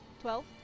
Twelve